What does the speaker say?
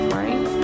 right